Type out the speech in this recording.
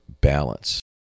balance